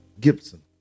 Gibson